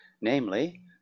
namely